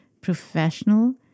professional